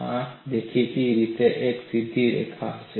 આ દેખીતી રીતે એક સીધી રેખા હશે